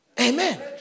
Amen